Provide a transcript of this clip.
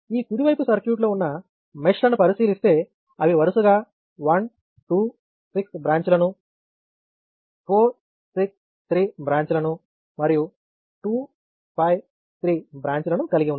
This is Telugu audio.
ఈ కుడివైపు సర్క్యూట్ లో ఉన్న మెష్ లను పరిశీలిస్తే అవి వరుసగా 1 2 6 బ్రాంచ్ లను 4 6 3 బ్రాంచ్ లను మరియు 2 5 3 బ్రాంచ్ లను కలిగి ఉన్నాయి